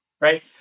right